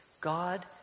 God